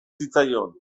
zitzaion